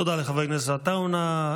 תודה לחבר הכנסת עטאונה.